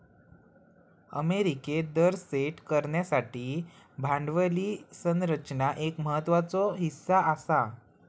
अमेरिकेत दर सेट करण्यासाठी भांडवली संरचना एक महत्त्वाचो हीस्सा आसा